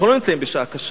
אנחנו לא נמצאים בשעה קשה.